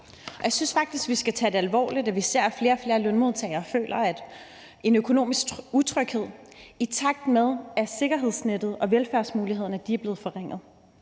Jeg synes faktisk, vi skal tage det alvorligt, at vi ser, at flere og flere lønmodtagere føler en økonomisk utryghed, i takt med at sikkerhedsnettet og velfærdsmulighederne er blevet forringet.